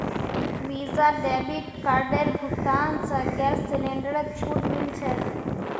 visa debit कार्डेर भुगतान स गैस सिलेंडरत छूट मिल छेक